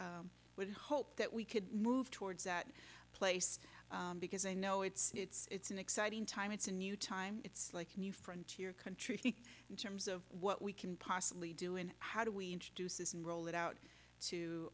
would hope that we could move towards that place because i know it's it's an exciting time it's a new time it's like a new frontier country in terms of what we can possibly do in how do we introduce this and roll it out to